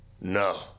no